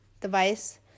device